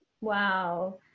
wow